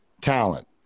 talent